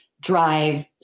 drive